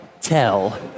tell